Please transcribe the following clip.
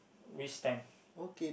which time